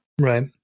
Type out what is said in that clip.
Right